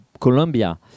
Colombia